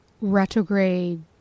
retrograde